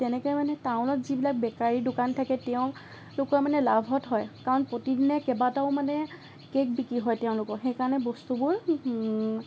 তেনেকে মানে টাউনত যিবিলাক বেকাৰী দোকান থাকে তেওঁলোকৰ মানে লাভত হয় কাৰণ প্ৰতিদিনে কেইবাটাও মানে কেক বিক্ৰী হয় তেওঁলোকৰ সেইকাৰণে বস্তুবোৰ